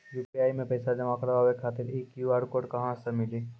UPI मे पैसा जमा कारवावे खातिर ई क्यू.आर कोड कहां से मिली?